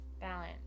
Balance